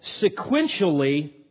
sequentially